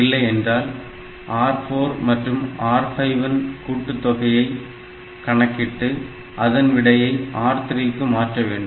இல்லை என்றால் R4 மற்றும் R5 இன் கூட்டுத் தொகையை ADD R3 R4 R5 கணக்கிட்டு அதன் விடையை R3 க்கு மாற்ற வேண்டும்